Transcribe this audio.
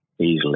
easily